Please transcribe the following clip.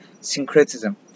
syncretism